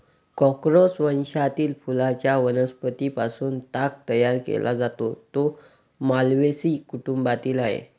Corchorus वंशातील फुलांच्या वनस्पतीं पासून ताग तयार केला जातो, जो माल्व्हेसी कुटुंबातील आहे